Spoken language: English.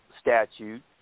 statute